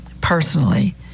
personally